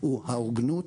הוא ההוגנות.